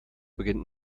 beginnt